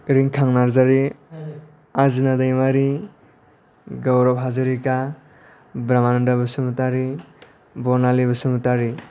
Rinkhang Narzary Ajina Daimary Gaurab Hazarika Brahmananda' Basumatary Barnali Basumatary